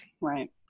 right